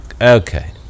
Okay